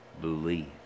believe